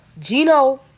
Gino